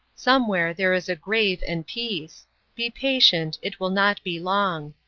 somewhere there is a grave and peace be patient, it will not be long.